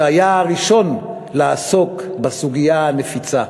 שהיה הראשון לעסוק בסוגיה הנפיצה,